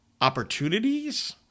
opportunities